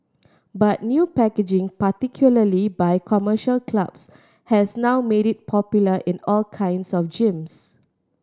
but new packaging particularly by commercial clubs has now made it popular in all kinds of gyms